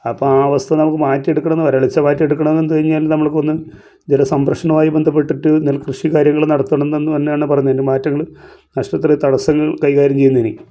അപ്പം ആ അവസ്ഥ നമുക്ക് മാറ്റിയടുക്കണമെന്ന് വരൾച്ച മാറ്റിയെടുക്കണന്ന് കഴിഞ്ഞാൽ നമ്മൾക്ക് ഒന്ന് ജലസംരക്ഷണമായി ബന്ധപ്പെട്ടിട്ട് നെൽക്കൃഷി കാര്യങ്ങൾ നടത്തണമെന്ന് തന്നെയാണ് പറഞ്ഞ് വരുന്നത് മാറ്റങ്ങൾ കർഷകർക്ക് തടസ്സങ്ങൾ കൈകാര്യം ചെയ്യുന്നതിന്